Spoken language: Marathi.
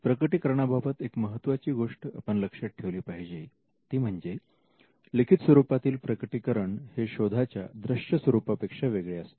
प्रकटीकरणा बाबत एक महत्त्वाची गोष्ट आपण लक्षात ठेवली पाहिजे ती म्हणजे लिखित स्वरूपातील प्रकटीकरण हे शोधाच्या दृश्य स्वरूपा पेक्षा वेगळे असते